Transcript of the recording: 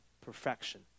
perfection